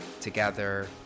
together